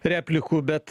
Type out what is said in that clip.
replikų bet